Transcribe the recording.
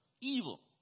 evil